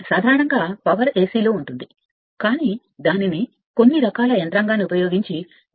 కాబట్టి మీరు సాధారణంగా పిలిచే పవర్ లో ఇది AC కానీ మీరు దానిని పిలిచే దాన్ని DC గా మార్చడం వంటి కొన్ని రకాల యంత్రాంగాన్ని ఉపయోగించండి